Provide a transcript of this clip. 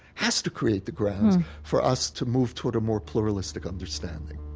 has to create the grounds for us to move toward a more pluralistic understanding